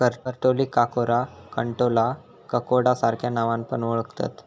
करटोलीक काकोरा, कंटॉला, ककोडा सार्ख्या नावान पण ओळाखतत